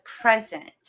present